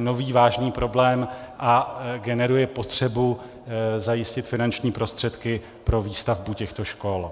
nový vážný problém a generuje potřebu zajistit finanční prostředky pro výstavbu těchto škol.